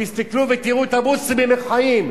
תסתכלו ותראו את המוסלמים איך הם חיים.